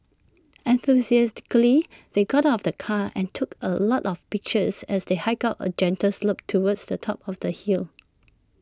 enthusiastically they got out of the car and took A lot of pictures as they hiked up A gentle slope towards the top of the hill